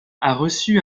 reçu